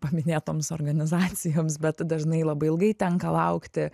paminėtoms organizacijoms bet dažnai labai ilgai tenka laukti